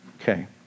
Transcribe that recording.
Okay